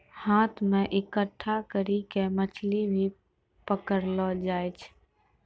हाथ से इकट्ठा करी के मछली भी पकड़लो जाय छै